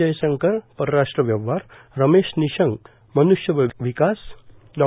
जयशंकर परराष्ट्र व्यवहार रमेश निशंक मनुष्यबळ विकास डॉ